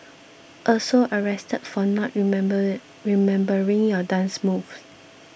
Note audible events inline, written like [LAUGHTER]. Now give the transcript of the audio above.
also arrested for not remember [UNINTELLIGIBLE] remembering your dance moves